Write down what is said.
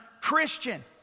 Christian